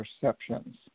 perceptions